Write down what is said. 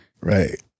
Right